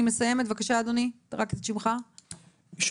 ראשית, יש